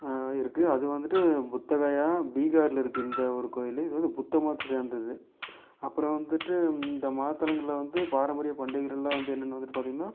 இருக்குது அது வந்துட்டு புத்தகையா பீகார்ல இருக்குது இந்த ஒரு கோயில் இது வந்து புத்த மதத்தை சேந்தது அப்புறம் வந்துட்டு இந்த மத தலங்கள்ல வந்து பாரம்பரிய பண்டிகைகள்லாம் வந்து என்னன்னு வந்துட்டு பார்த்திங்கனா